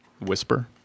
Whisper